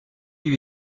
lui